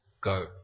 go